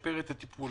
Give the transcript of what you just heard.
ולשפר את הטיפול.